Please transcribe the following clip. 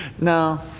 No